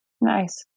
Nice